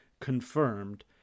confirmed